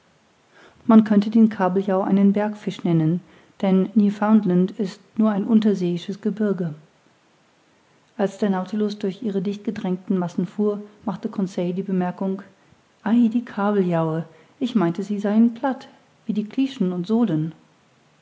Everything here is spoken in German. man könnte den kabeljau einen bergfisch nennen denn newfoundland ist nur ein unterseeisches gebirge als der nautilus durch ihre dichtgedrängten massen fuhr machte conseil die bemerkung ei die kabeljaue ich meinte sie seien platt wie die klieschen und solen